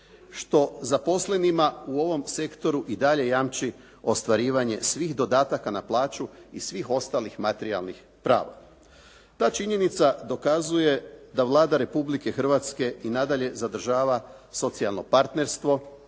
što zaposlenima u ovom sektoru i dalje jamči ostvarivanje svih dodataka na plaću i svih ostalih materijalnih prava. Ta činjenica dokazuje da Vlada Republike Hrvatske i nadalje zadržava socijalno partnerstvo